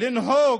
לנהוג